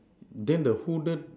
the the hooded